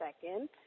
second